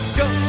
go